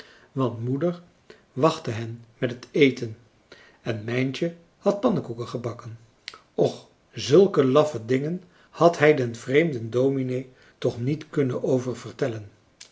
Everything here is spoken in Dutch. want moeder wachtte hen met het eten en mijntje had pannekoeken gebakken och zulke laffe dingen had hij den vreemden dominee toch niet kunnen